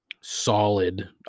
solid